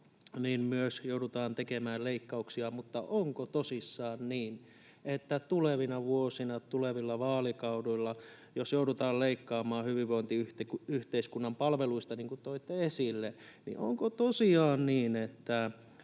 niin myös joudutaan tekemään leikkauksia. Mutta onko tosissaan niin, että tulevina vuosina, tulevilla vaalikausilla, jos joudutaan leikkaamaan hyvinvointiyhteiskunnan palveluista, niin kuin toitte esille, onko tosiaan niin, että